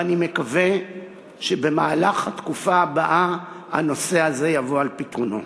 ואני מקווה שבמהלך התקופה הבאה הנושא הזה יבוא על פתרונו.